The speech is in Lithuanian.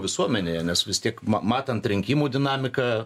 visuomenėje nes vis tiek ma matant rinkimų dinamiką